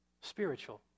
spiritual